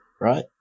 right